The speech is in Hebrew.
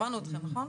שמענו אתכם, נכון?